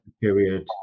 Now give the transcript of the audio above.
period